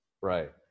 Right